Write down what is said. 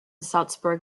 salzburg